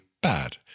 bad